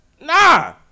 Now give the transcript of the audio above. Nah